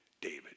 David